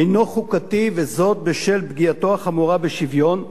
אינו חוקתי וזאת בשל פגיעתו החמורה בשוויון.